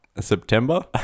September